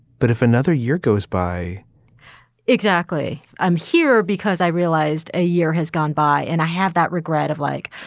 but if another year goes by exactly. i'm here because i realized a year has gone by and i have that regret of like,